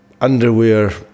underwear